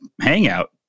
hangout